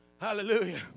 Hallelujah